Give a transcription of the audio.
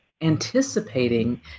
anticipating